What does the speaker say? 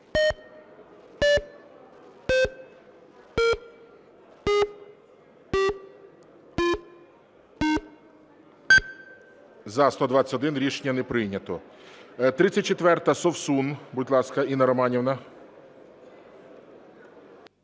За-121 Рішення не прийнято. 34-а. Совсун. Будь ласка, Інна Романівна.